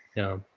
you know,